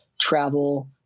travel